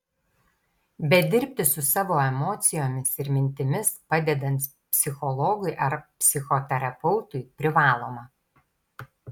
bet dirbti su savo emocijomis ir mintimis padedant psichologui ar psichoterapeutui privaloma